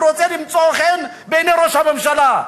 הוא רוצה למצוא חן בעיני ראש הממשלה.